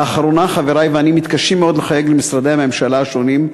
לאחרונה חברי ואני מתקשים מאוד לחייג למשרדי הממשלה השונים,